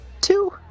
Two